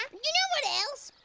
know what else?